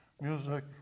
music